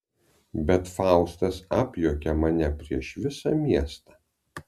bet faustas apjuokia mane prieš visą miestą